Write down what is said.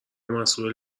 مسئول